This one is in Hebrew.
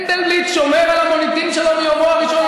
כבר לא במפלגה.